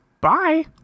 Bye